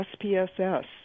SPSS